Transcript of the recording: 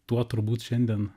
tuo turbūt šiandien